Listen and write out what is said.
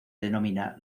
denomina